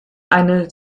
eine